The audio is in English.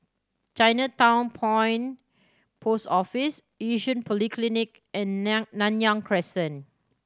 Chinatown Point Post Office Yishun Polyclinic and Nan Nanyang Crescent